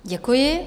Děkuji.